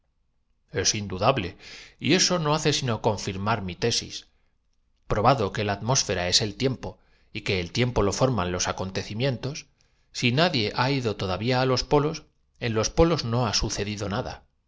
mi aparato que hacerlo andar á sis probado que la atmósfera es el tiempo y que el paso de carreta subirlo bajarlo ó pararlo en seco dado el tiempo lo forman los acontecimientos si nadie ha ido todavía á los polos en los polos no ha sucedido nada